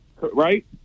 right